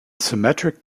symmetric